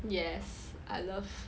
yes I love